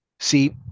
See